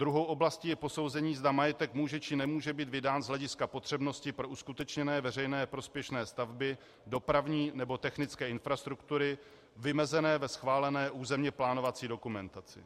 Druhou oblastí je posouzení, zda majetek může, či nemůže být vydán z hlediska potřebnosti pro uskutečněné veřejně prospěšné stavby, dopravní nebo technické infrastruktury vymezené ve schválené územně plánovací dokumentaci.